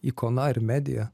ikona ar medija